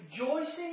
rejoicing